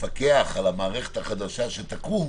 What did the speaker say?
לפקח על המערכת החדשה שתקום